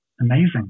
Amazing